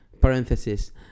parenthesis